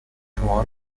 شماها